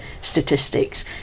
statistics